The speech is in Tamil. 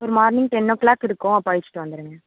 ஒரு மார்னிங் டென்னோ கிளாக் இருக்கும் அப்போ அழைச்சிட்டு வந்துடுங்க